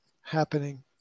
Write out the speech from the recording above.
happening